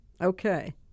Okay